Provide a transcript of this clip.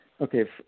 Okay